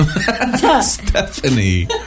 Stephanie